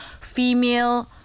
female